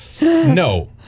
No